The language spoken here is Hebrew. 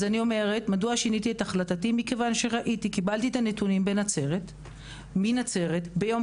מכיוון שקיבלתי את הנתונים מנצרת ביום